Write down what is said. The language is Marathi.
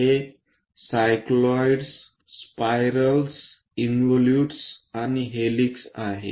हे सायक्लॉईड्स स्पायरल्स इन्व्हॉलूट्स आणि हेलिक्स आहेत